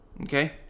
Okay